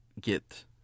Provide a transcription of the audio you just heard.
get